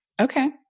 Okay